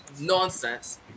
nonsense